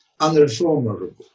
unreformable